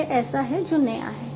यह ऐसा है जो नया है